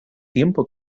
tiempo